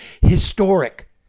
historic